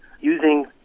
using